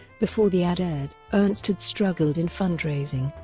before the ad aired, ernst had struggled in fundraising,